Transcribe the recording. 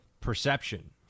perception